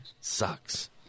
Sucks